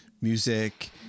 music